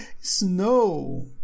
snow